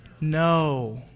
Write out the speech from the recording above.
No